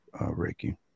Reiki